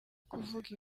kuvuga